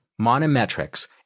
Monometrics